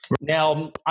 now